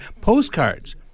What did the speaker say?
postcards